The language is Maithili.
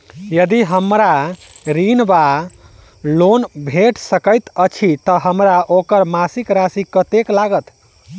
यदि हमरा ऋण वा लोन भेट सकैत अछि तऽ हमरा ओकर मासिक राशि कत्तेक लागत?